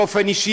באופן אישי,